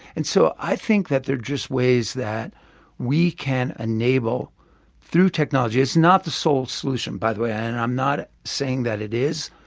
and so i think that there are just ways that we can enable through technology it's not the sole solution, by the way, and i'm not saying that it is,